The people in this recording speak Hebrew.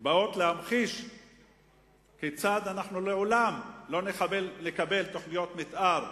שבאות להמחיש כיצד אנחנו לעולם לא נקבל תוכניות מיתאר.